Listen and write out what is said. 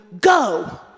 go